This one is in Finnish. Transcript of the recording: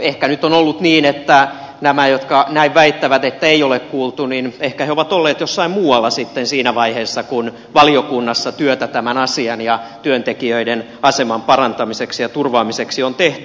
ehkä nyt on ollut niin että nämä jotka näin väittävät että ei ole kuultu ovat olleet jossain muualla sitten siinä vaiheessa kun valiokunnassa työtä tämän asian ja työntekijöiden aseman parantamiseksi ja turvaamiseksi on tehty